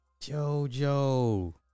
Jojo